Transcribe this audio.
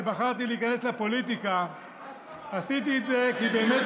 כשבחרתי להיכנס לפוליטיקה עשיתי את זה באמת